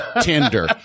Tinder